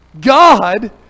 God